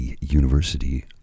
University